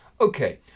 Okay